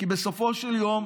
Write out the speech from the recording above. כי בסופו של יום,